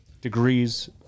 degrees